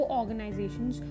organizations